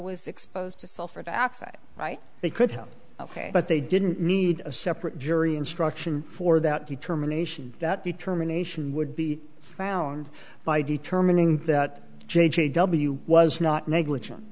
was exposed to sulfur dioxide right they could help ok but they didn't need a separate jury instruction for that determination that determination would be found by determining that j j w was not negligen